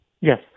Yes